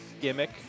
Gimmick